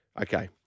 Okay